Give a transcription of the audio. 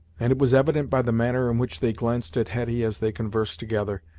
and it was evident by the manner in which they glanced at hetty as they conversed together,